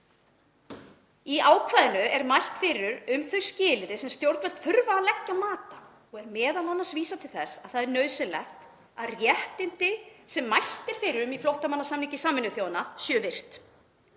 Í ákvæðinu er mælt fyrir um þau skilyrði sem stjórnvöld þurfa að leggja mat á og er m.a. vísað til þess að nauðsynlegt er að réttindi sem mælt er fyrir um í flóttamannasamningi Sameinuðu þjóðanna séu virt.